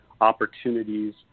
opportunities